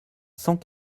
cent